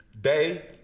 Day